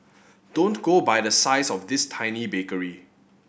don't go by the size of this tiny bakery